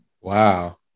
wow